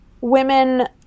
women